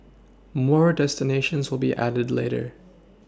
more destinations will be added later